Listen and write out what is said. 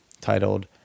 titled